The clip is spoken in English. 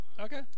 Okay